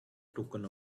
token